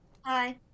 Hi